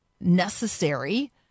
necessary